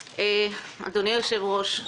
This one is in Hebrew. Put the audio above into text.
אדוני היושב ראש,